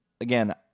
Again